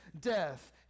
death